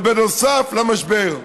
אבל בנוסף למשבר הזה,